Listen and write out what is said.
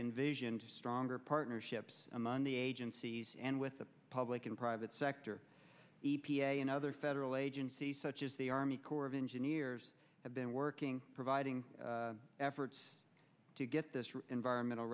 vision to stronger partnerships among the agencies and with the public and private sector e p a and other federal agencies such as the army corps of engineers have been working providing efforts to get the environmental